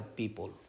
people